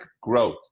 growth